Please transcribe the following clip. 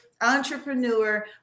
entrepreneur